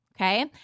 Okay